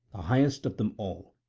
the highest of them all,